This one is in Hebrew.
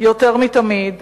יותר מתמיד,